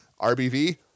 RBV